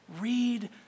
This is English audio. Read